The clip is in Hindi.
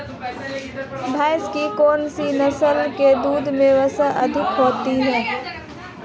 भैंस की कौनसी नस्ल के दूध में वसा अधिक होती है?